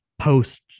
post